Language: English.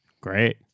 Great